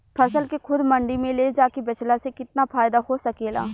फसल के खुद मंडी में ले जाके बेचला से कितना फायदा हो सकेला?